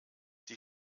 die